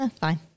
fine